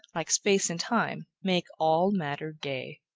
like space and time, make all matter gay.